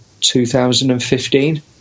2015